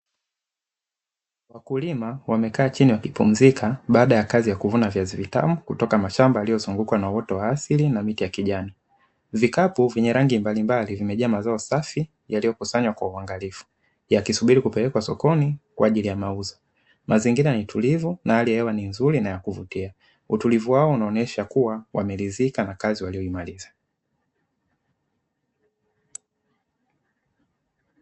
Wakulima wamekaa chini wakipumzika baada ya kazi ya kuvuna viazi vitamu, kutoka mashamba yaliyozungukwa na uoto wa asili na miti ya kijani. Vikapu vyenye rangi mbalimbali vimejaa mazao safi yaliyokusanywa kwa uangalifu, yakisubiri kupelekwa sokoni kwa ajili ya mauzo. Mazingira ni tulivu, na hali ya hewa ni nzuri na ya kuvutia, utulivu wao unaonesha wameridhika na kazi waliyomaliza.